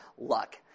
luck